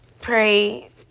pray